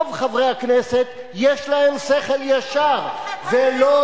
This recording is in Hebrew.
רוב חברי הכנסת יש להם שכל ישר, ואתה מייצג אותם.